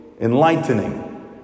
enlightening